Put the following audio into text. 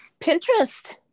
Pinterest